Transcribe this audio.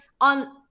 on